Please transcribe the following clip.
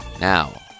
Now